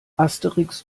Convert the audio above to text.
asterix